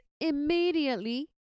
immediately